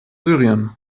syrien